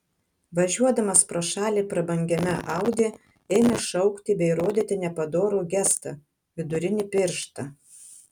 važiuodamas pro šalį prabangiame audi ėmė šaukti bei rodyti nepadorų gestą vidurinį pirštą